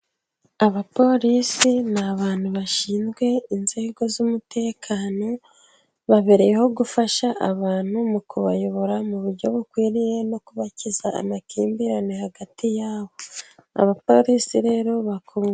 Abapolisi n'abantu bashinzwe inzego z'umutekano, babereyeho gufasha abantu mu kubayobora mu buryo bukwiriye no kubakiza amakimbirane hagati yabo abapolisi rero bakunda.